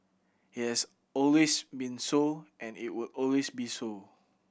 it has always been so and it will always be so